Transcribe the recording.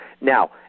Now